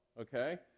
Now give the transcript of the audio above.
okay